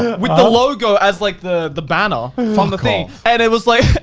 with the logo as like the the banner from the thing. and it was like,